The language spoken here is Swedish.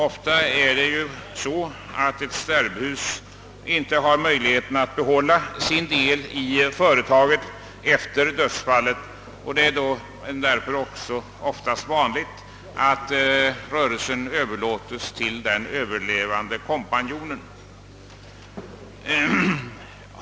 Det händer ofta att ett stärbhus inte har möjlighet att behålla sin del i företaget efter dödsfallet, och det är därför vanligt att rörelsen överlåtes på den överlevande kompanjonen.